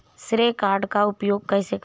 श्रेय कार्ड का उपयोग कैसे करें?